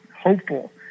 hopeful